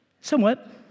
Somewhat